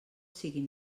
siguin